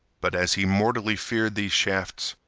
but, as he mortally feared these shafts,